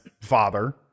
father